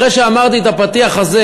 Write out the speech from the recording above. אחרי שאמרתי את הפתיח הזה,